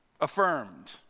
Affirmed